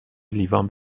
لیوان